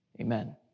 Amen